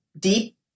deep